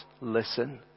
listen